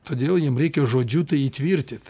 todėl jiem reikia žodžiu tai įtvirtyt